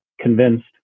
convinced